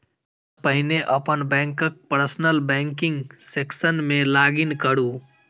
सबसं पहिने अपन बैंकक पर्सनल बैंकिंग सेक्शन मे लॉग इन करू